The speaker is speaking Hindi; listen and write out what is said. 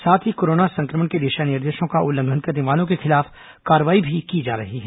साथ ही कोरोना संक्रमण के दिशा निर्देशों का उल्लंघन करने वालों के खिलाफ कार्रवाई भी की जा रही है